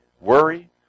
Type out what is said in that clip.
Worry